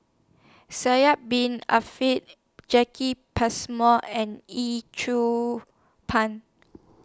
Sidek Bin Jacki Passmore and Yee Pun